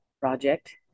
project